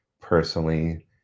personally